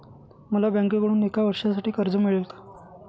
मला बँकेकडून एका वर्षासाठी कर्ज मिळेल का?